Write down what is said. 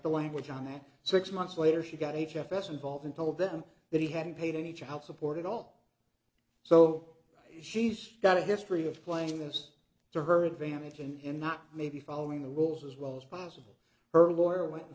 the language on that six months later she got h f s involved and told them that he hadn't paid any child support at all so she's got a history of plaintiffs to her advantage and not maybe following the rules as well as possible her lawyer went and